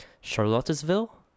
Charlottesville